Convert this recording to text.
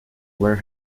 where